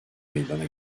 meydana